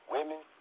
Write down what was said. Women